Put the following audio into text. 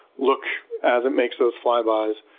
look as it makes those flybys,